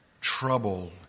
trouble